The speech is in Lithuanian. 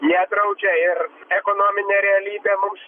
nedraudžia ir ekonominė realybė mums